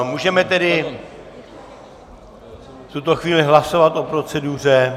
Můžeme tedy v tuto chvíli hlasovat o proceduře?